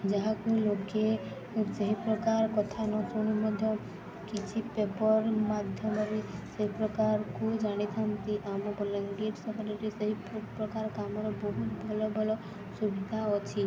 ଯାହାକୁ ଲୋକେ ସେହି ପ୍ରକାର କଥା ନ ଶୁଣି ମଧ୍ୟ କିଛି ପେପର୍ ମାଧ୍ୟମରେ ସେହି ପ୍ରକାରକୁ ଜାଣିଥାନ୍ତି ଆମ ବଲାଙ୍ଗୀର ସହରର ସେହି ପ୍ରକାର କାମର ବହୁତ ଭଲ ଭଲ ସୁବିଧା ଅଛି